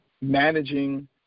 managing